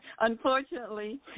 unfortunately